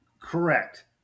correct